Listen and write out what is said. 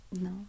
No